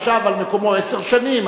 אדם שישב על מקומו עשר שנים,